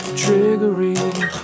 triggering